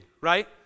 right